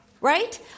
Right